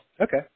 Okay